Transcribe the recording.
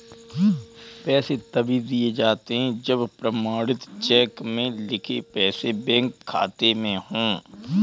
पैसे तभी दिए जाते है जब प्रमाणित चेक में लिखे पैसे बैंक खाते में हो